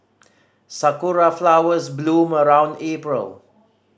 sakura flowers bloom around April